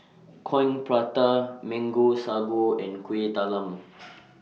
Coin Prata Mango Sago and Kueh Talam